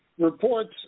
reports